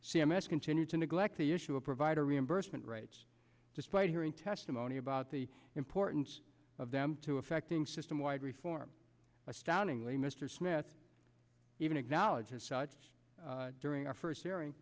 c m s continued to neglect the issue of provider reimbursement rates despite hearing testimony about the importance of them to affecting system wide reform astoundingly mr smith even acknowledged as such during our first airing